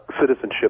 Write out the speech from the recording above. citizenship